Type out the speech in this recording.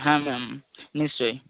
হ্যাঁ ম্যাম নিশ্চয়ই